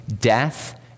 death